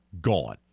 gone